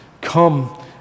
come